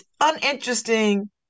uninteresting